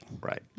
Right